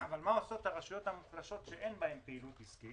אבל מה עושות הרשויות המוחלשות שאין בהן פעילות עסקית?